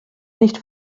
nicht